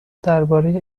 درباره